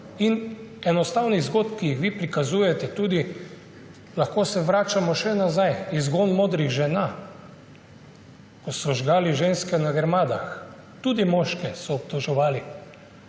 Z enostavnimi zgodbami, ki jih tudi vi prikazujete, se lahko vračamo še nazaj – izgon modrih žena, ko so žgali ženske na grmadah, tudi moške so obtoževali